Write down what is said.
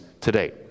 today